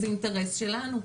זה האינטרס שלנו.